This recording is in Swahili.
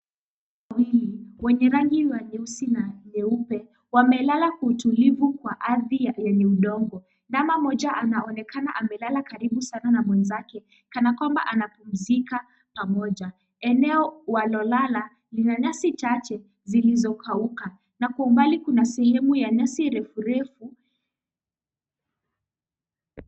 Ndama wawili wenye rangi ya nyeusi na nyeupe wamelala kwa utulivu kwa ardhi ya udongo. Ndama mmoja anaonekana amelala karibu sana na mwenzake kana kwamba wanapumzika pamoja. Eneo walolala lina nyasi chache zilizokauka na kwa umbali kuna sehemu ya nyasi refurefu.